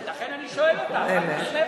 לכן אני שואל אותך, את מוסמכת.